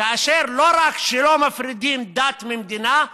כאשר לא רק שלא מפרידים דת ממדינה,